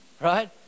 Right